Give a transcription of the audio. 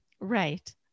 Right